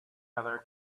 other